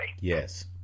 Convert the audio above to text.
Yes